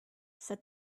said